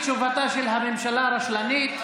תשובתה של הממשלה היא רשלנית.